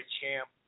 champ